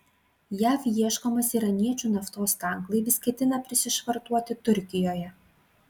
jav ieškomas iraniečių naftos tanklaivis ketina prisišvartuoti turkijoje